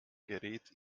gerät